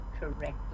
correctly